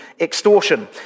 extortion